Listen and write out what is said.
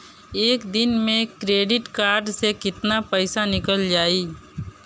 एक दिन मे क्रेडिट कार्ड से कितना पैसा निकल जाई?